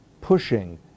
pushing